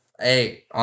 Hey